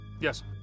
yes